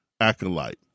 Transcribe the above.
acolyte